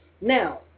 Now